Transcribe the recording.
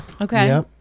Okay